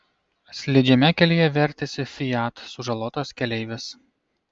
slidžiame kelyje vertėsi fiat sužalotas keleivis